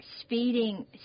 speeding